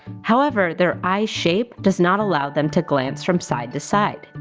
however, their eye shape does not allow them to glance from side to side.